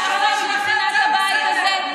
כשהחוק מבחינת הבית הזה,